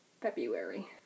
February